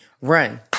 run